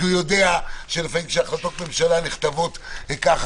כי הוא יודע שלפעמים החלטות ממשלה נכתבות ככה,